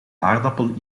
aardappel